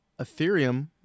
Ethereum